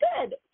good